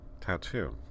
tattoo